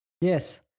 Yes